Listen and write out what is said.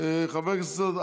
כל הזמן.